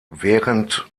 während